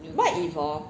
what if hor